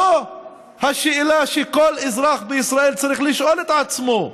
זו השאלה שכל אזרח בישראל צריך לשאול את עצמו,